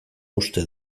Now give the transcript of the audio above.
uste